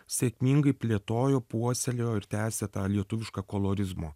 sėkmingai plėtojo puoselėjo ir tęsė tą lietuvišką kolorizmo